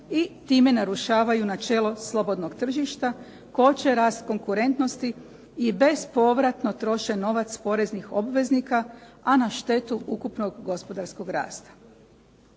i time narušavaju načelo slobodnog tržišta, koče rast konkurentnosti i bespovratno troše novac poreznih obveznika, a na štetu ukupnog gospodarskog rasta.